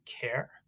care